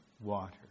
water